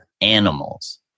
animals